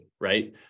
right